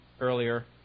earlier